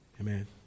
Amen